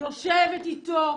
יושבת איתו,